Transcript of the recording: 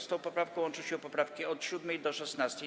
Z tą poprawką łączą się poprawki od 7. do 16.